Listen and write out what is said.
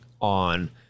on